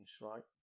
right